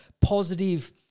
positive